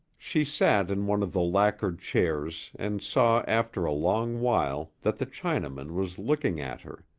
she sat in one of the lacquered chairs and saw after a long while that the chinaman was looking at her.